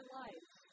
life